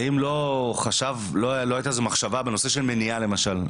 האם לא הייתה איזו מחשבה, בנושא של מניעה למשל,